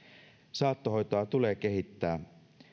saattohoitoa tulee kehittää